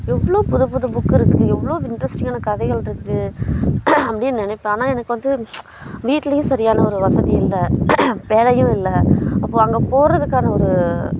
எவ்வளோ புது புது புக்கு இருக்குது எவ்வளோ இன்ட்ரெஸ்டிங்கான கதைகள் இருக்கு அப்படின்னு நினைப்பேன் ஆனால் எனக்கு வந்து வீட்லேயும் சரியான ஒரு வசதி இல்லை வேலையும் இருக்கு அப்போ அங்கே போகிறதுக்கான ஒரு